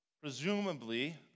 presumably